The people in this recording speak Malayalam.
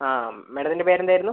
മാഡത്തിൻ്റെ പേരെന്തായിരുന്നു